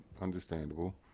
Understandable